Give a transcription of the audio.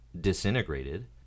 disintegrated